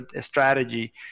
strategy